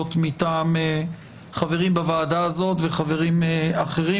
מטעם חברים בוועדה הזאת וחברים אחרים,